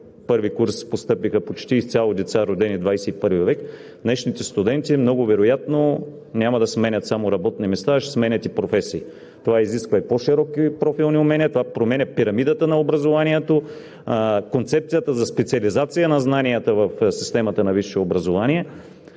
първи курс постъпиха почти изцяло деца, родени в XXI век, днешните студенти много вероятно няма да сменят само работни места, а ще сменят и професии. Това изисква и по-широки профилни умения, променя пирамидата на образованието, концепцията за специализация на знанията в системата на висшето образование,